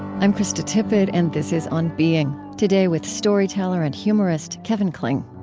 i'm krista tippett and this is on being. today, with storyteller and humorist kevin kling.